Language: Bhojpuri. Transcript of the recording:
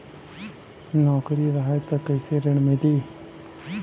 नौकरी रही त कैसे ऋण मिली?